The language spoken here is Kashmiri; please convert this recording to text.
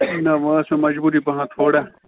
نہ ونۍ ٲس مےٚ مجبوٗری پہنَتھ تھوڑا